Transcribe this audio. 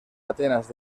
atenas